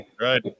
Right